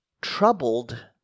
troubled